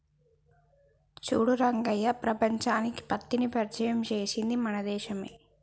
చూడు రంగయ్య ప్రపంచానికి పత్తిని పరిచయం చేసింది మన దేశం